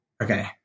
Okay